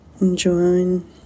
Enjoying